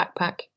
backpack